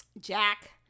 Jack